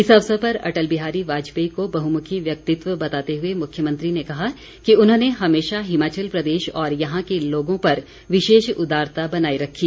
इस अवसर पर अटल बिहारी वाजपेयी को बहुमुखी व्यक्तित्व बताते हुए मुख्यमंत्री ने कहा कि उन्होंने हमेशा हिमाचल प्रदेश और यहां के लोगों पर विशेष उदारता बनाए रखी